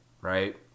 right